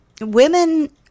women